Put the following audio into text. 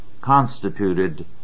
constituted